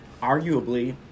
arguably